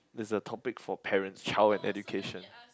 there's a topic for parents child and education